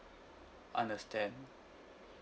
understand